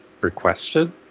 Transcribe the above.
requested